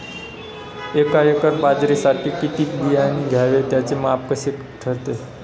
एका एकर बाजरीसाठी किती बियाणे घ्यावे? त्याचे माप कसे ठरते?